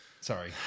Sorry